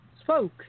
spoke